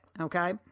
Okay